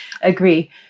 agree